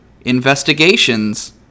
Investigations